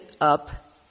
up